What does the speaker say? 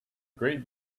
great